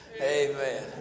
Amen